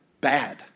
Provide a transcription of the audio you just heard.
bad